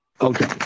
Okay